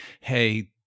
Hey